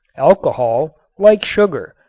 alcohol, like sugar,